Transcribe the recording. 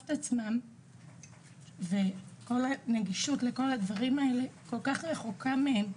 את עצמן וכל הנגישות כל כך רחוקה מהן.